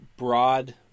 Broad